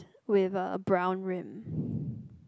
with a brown rim